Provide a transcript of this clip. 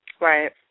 Right